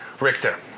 Richter